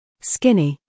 Skinny